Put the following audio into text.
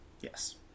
Yes